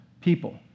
people